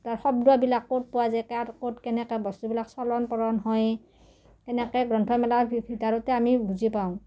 তাৰ শব্দবিলাক ক'ত পোৱা যায় কাৰ ক'ত কেনেকৈ বস্তুবিলাক চলন ফুৰণ হয় কেনেকৈ গ্ৰন্থমেলাৰ ভিতৰতে আমি বুজি পাওঁ